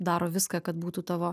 daro viską kad būtų tavo